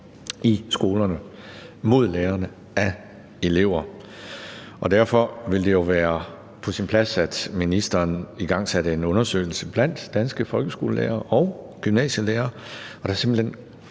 i skolerne mod lærere af elever. Derfor ville det jo være på sin plads, at ministeren igangsatte en undersøgelse blandt danske folkeskolelærere og gymnasielærere, der simpelt hen